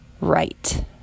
right